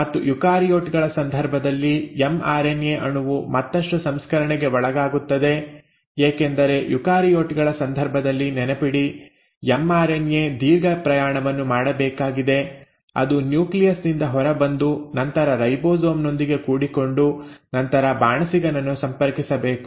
ಮತ್ತು ಯುಕಾರಿಯೋಟ್ ಗಳ ಸಂದರ್ಭದಲ್ಲಿ ಎಮ್ಆರ್ಎನ್ಎ ಅಣುವು ಮತ್ತಷ್ಟು ಸಂಸ್ಕರಣೆಗೆ ಒಳಗಾಗುತ್ತದೆ ಏಕೆಂದರೆ ಯುಕಾರಿಯೋಟ್ ಗಳ ಸಂದರ್ಭದಲ್ಲಿ ನೆನಪಿಡಿ ಎಮ್ಆರ್ಎನ್ಎ ದೀರ್ಘ ಪ್ರಯಾಣವನ್ನು ಮಾಡಬೇಕಾಗಿದೆ ಅದು ನ್ಯೂಕ್ಲಿಯಸ್ ನಿಂದ ಹೊರಬಂದು ನಂತರ ರೈಬೋಸೋಮ್ ನೊಂದಿಗೆ ಕೂಡಿಕೊಂಡು ನಂತರ ಬಾಣಸಿಗನನ್ನು ಸಂಪರ್ಕಿಸಬೇಕು